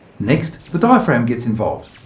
next, the diaphragm gets involved.